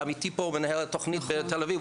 עמיתי פה מנהל תוכנית בתל אביב,